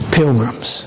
pilgrims